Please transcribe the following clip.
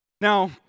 Now